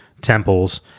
temples